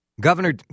governor